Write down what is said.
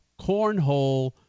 Cornhole